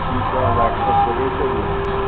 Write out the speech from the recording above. ठीकु आहे वाट्सअप करे छॾिजो